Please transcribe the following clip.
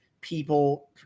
people